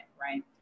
right